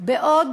בעוד